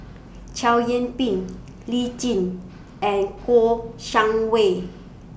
Chow Yian Ping Lee Tjin and Kouo Shang Wei